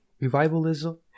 revivalism